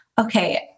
okay